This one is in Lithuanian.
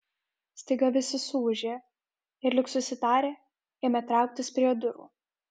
staiga visi suūžė ir lyg susitarę ėmė trauktis prie durų